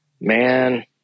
man